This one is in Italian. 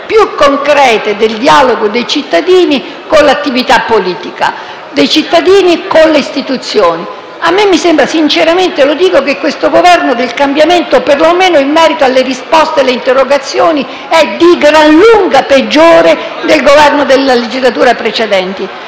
più concrete del dialogo dei cittadini con l'attività politica e con le istituzioni. A me sembra sinceramente che questo Governo del cambiamento, perlomeno in merito alle risposte alle interrogazioni, sia di gran lunga peggiore dei Governi delle legislature precedenti.